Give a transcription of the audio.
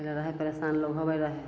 पहिले रहै परेशान लोक होबै रहै